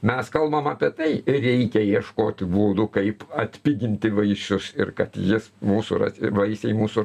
mes kalbam apie tai reikia ieškoti būdų kaip atpiginti vaisius ir kad jis mūsų vaisiai mūsų